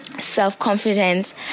self-confidence